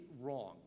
wrong